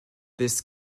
this